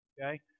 Okay